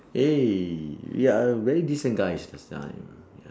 !hey! we are very decent guys last time